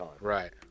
right